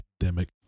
pandemic